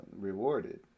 rewarded